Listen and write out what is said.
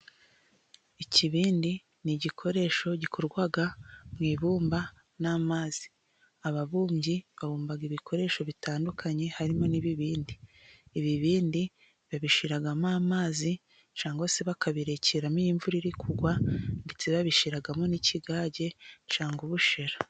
Ikibindi ni igikoresho gikorwaga mu ibumba n'amazi. Ababumbyi babumba ibikoresho bitandukanye harimo n'ibibindi. Ibibindi babishiramo amazi cyangwa se bakabirekeramo, iyo imvura iri kugwa ndetse babishiramo n'ikigage cyangwa ubushera.